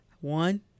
One